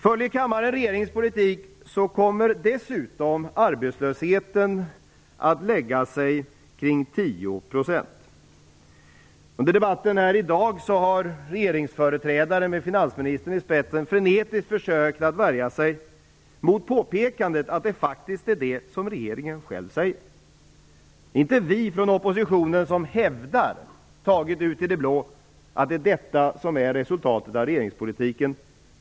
Följer kammaren regeringens politik kommer dessutom arbetslösheten att lägga sig kring 10 %. Under debatten här i dag har regeringsföreträdare, med finansministern i spetsen, frenetiskt försökt att värja sig mot påpekandet att det faktiskt är det som regeringen själv säger. Det är inte vi från oppositionen som hävdar, taget ut ur det blå, att det är detta som är resultatet av regeringspolitiken.